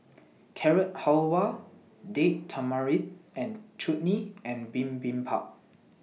Carrot Halwa Date Tamarind and Chutney and Bibimbap